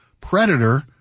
predator